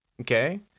Okay